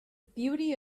beauty